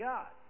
God